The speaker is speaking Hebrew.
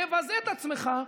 תבזה את עצמך,